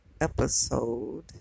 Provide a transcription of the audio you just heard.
episode